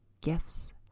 gifts